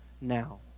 now